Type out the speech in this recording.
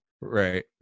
right